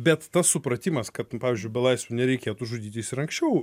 bet tas supratimas kad pavyzdžiui belaisvių nereikėtų žudyti jis ir anksčiau